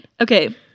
Okay